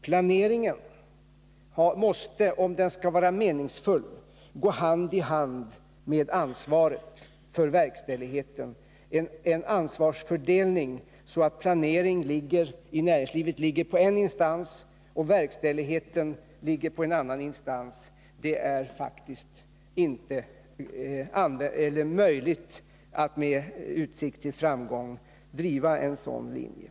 Planeringen måste, om den skall vara meningsfull, gå hand i hand med ansvaret för verkställigheten. Det måste till en ansvarsfördelning, så att inte planeringen i näringslivet ligger på en instans och verkställigheten på en annan. Det är faktiskt inte möjligt att med utsikt till framgång driva en sådan linje.